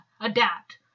Adapt